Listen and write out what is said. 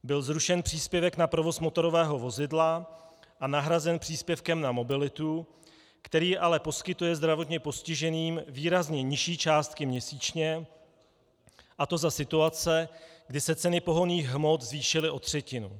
Byl zrušen příspěvek na provoz motorového vozidla a nahrazen příspěvkem na mobilitu, který ale poskytuje zdravotně postiženým výrazně nižší částky měsíčně, a to za situace, kdy se ceny pohonných hmot zvýšily o třetinu.